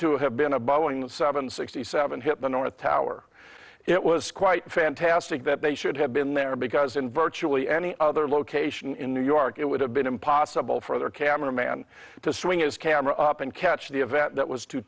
to have been a boeing seven sixty seven hit the north tower it was quite fantastic that they should have been there because in virtually any other location in new york it would have been impossible for the camera man to swing his camera up and catch the event that was to